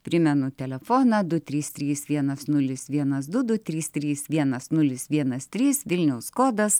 primenu telefoną du trys trys vienas nulis vienas du du trys trys vienas nulis vienas trys vilniaus kodas